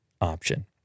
option